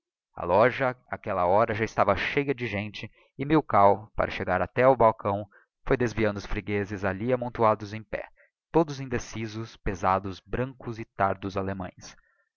a loja áquella hora já estava cheia de gente e milkau para chegar até ao balcão foi desviando os ciianaan lu freguezes alli amontoados em pé todos indecisos pesados brancos e tardos allemães